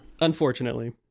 unfortunately